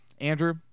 andrew